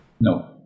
No